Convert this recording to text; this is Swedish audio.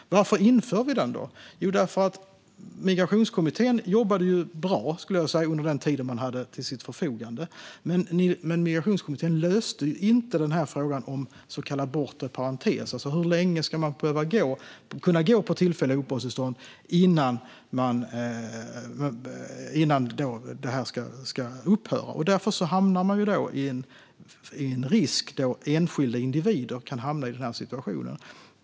Varför inför vi den då? Migrationskommittén jobbade bra under den tid som man hade till sitt förfogande. Men Migrationskommittén löste inte frågan om så kallad bortre parentes, alltså hur länge man ska kunna gå på tillfälliga uppehållstillstånd innan de ska upphöra. Därför finns det risk att enskilda individer kan hamna i denna situation.